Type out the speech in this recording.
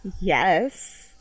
Yes